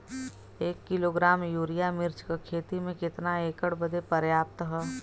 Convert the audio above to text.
एक kilogram urea मिर्च क खेती में कितना एकड़ बदे पर्याप्त ह?